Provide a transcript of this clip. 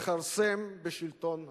לכרסם בשלטון החוק.